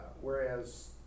Whereas